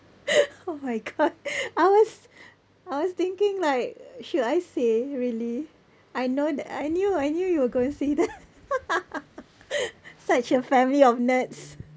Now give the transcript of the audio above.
oh my god I was I was thinking like should I say really I know that I knew I knew you were going to say that such a family of nerds